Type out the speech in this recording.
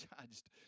judged